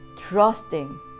trusting